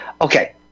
Okay